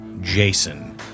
Jason